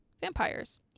vampires